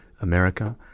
America